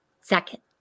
second